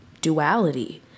duality